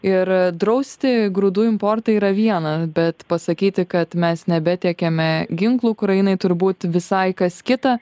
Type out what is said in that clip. ir drausti grūdų importą yra viena bet pasakyti kad mes nebetiekiame ginklų ukrainai turbūt visai kas kita